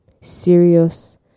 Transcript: serious